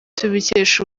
tubikesha